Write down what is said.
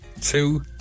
two